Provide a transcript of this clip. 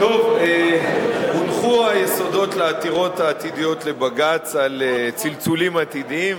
הונחו היסודות לעתירות העתידיות לבג"ץ על צלצולים עתידיים,